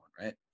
right